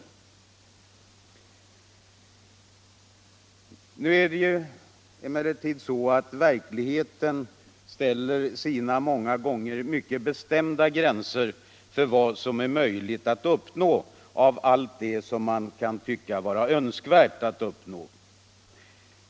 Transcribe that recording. Det är emellertid så att verkligheten sätter sina egna, många gånger mycket bestämda gränser för vad som är möjligt att uppnå av allt det som man kan tycka vara önskvärt att åstadkomma.